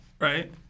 right